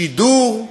שידור,